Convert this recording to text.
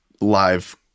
live